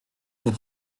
vous